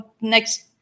next